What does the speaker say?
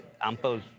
ample